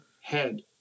head